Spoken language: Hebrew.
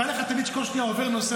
והיה לך תלמיד שכל שנייה עובר נושא,